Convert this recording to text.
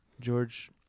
George